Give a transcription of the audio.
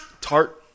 tart